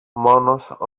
μόνος